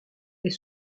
est